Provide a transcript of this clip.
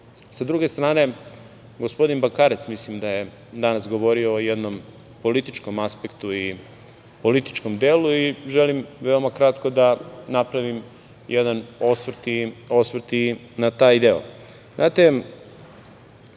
druge strane, gospodin Bakarec mislim da je danas govorio o jednom političkom aspektu i političkom delu i želim veoma kratko da napravim jedan osvrt i na taj deo.